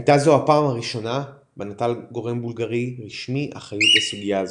הייתה זו הפעם הראשונה בה נטל גורם בולגרי רשמי אחריות לסוגיה זו.